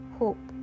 hope